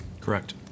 correct